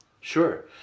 Sure